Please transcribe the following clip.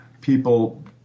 people